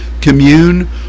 commune